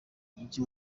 mujyi